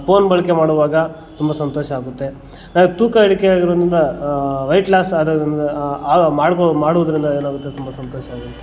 phone ಬಳಕೆ ಮಾಡುವಾಗ ತುಂಬ ಸಂತೋಷ ಆಗುತ್ತೆ ತೂಕ ಇಳಿಕೆ ಆಗಿರೋದರಿಂದ ವೇಟ್ ಲಾಸ್ ಆದಾಗೂ ಆ ಮಾಡ್ಬೋದು ಮಾಡೋದರಿಂದ ಏನಾಗುತ್ತೆ ತುಂಬ ಸಂತೋಷ ಆಗುತ್ತೆ